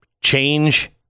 change